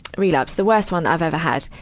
relapse, the worst one i've ever had.